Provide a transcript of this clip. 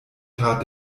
tat